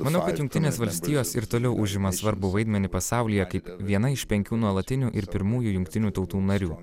manau kad jungtinės valstijos ir toliau užima svarbų vaidmenį pasaulyje kaip viena iš penkių nuolatinių ir pirmųjų jungtinių tautų narių